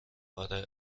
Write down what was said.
آره